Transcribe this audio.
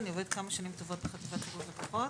אני עובדת כמה שנים טובות בחטיבת שירות לקוחות.